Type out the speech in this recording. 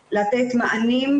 אפילו אם יהיו לנו מענים,